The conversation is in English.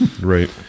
Right